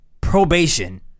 probation